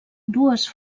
dues